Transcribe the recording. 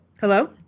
Hello